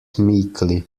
meekly